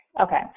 Okay